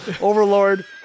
Overlord